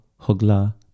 Hogla